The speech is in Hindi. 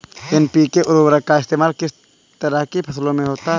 एन.पी.के उर्वरक का इस्तेमाल किस तरह की फसलों में होता है?